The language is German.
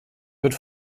wird